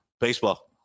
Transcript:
Baseball